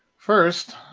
first,